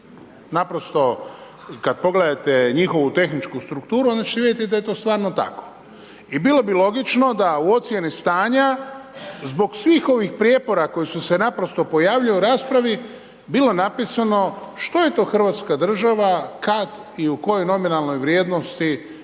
Naprosto, kad pogledate njihovu tehničku strukturu onda ćete vidjeti da je to stvarno tako. I bilo bi logično da u ocjeni stanja zbog svih ovih prijepora koji su se naprosto pojavljuju u raspravi bilo napisano što je to hrvatska država, kad i u kojoj nominalnoj vrijednosti